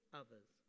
others